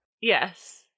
Yes